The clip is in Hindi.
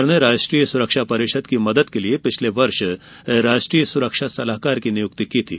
सरकार ने राष्ट्रीय सुरक्षा परिषद की मदद के लिए पिछले वर्ष राष्ट्रीय सुरक्षा सलाहकार की नियुक्ति की थी